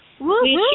Woohoo